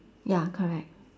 ya correct